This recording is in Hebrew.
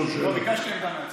כבר ביקשתי עמדה מהצד.